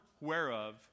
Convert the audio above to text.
whereof